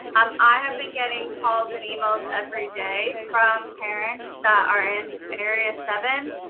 um i have been getting calls and emails every day from parents that are in area seven,